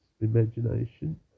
imagination